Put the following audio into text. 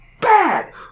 bad